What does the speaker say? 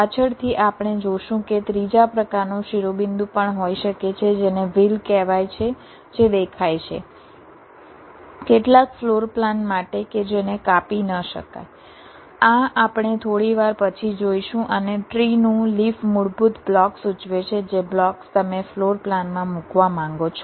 પાછળથી આપણે જોશું કે ત્રીજા પ્રકારનું શિરોબિંદુ પણ હોઈ શકે છે જેને વ્હીલ કહેવાય છે જે દેખાય છે કેટલાક ફ્લોર પ્લાન માટે કે જેને કાપી ન શકાય આ આપણે થોડી વાર પછી જોઈશું અને ટ્રી નું લીફ મૂળભૂત બ્લોક સૂચવે છે જે બ્લોક્સ તમે ફ્લોર પ્લાનમાં મૂકવા માંગો છો